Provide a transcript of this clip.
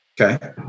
Okay